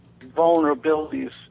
vulnerabilities